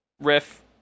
riff